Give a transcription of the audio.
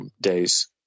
days